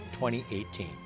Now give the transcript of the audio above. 2018